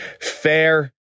fair